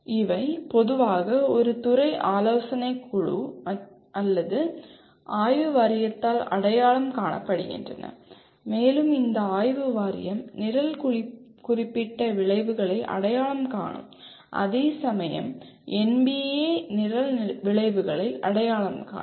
இவை பொதுவாக ஒரு துறை ஆலோசனைக் குழு அல்லது ஆய்வு வாரியத்தால் அடையாளம் காணப்படுகின்றன மேலும் இந்த ஆய்வு வாரியம் நிரல் குறிப்பிட்ட விளைவுகளை அடையாளம் காணும் அதே சமயம் NBA நிரல் விளைவுகளை அடையாளம் காணும்